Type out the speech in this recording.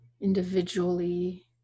individually